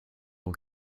dans